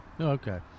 Okay